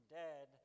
dead